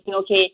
okay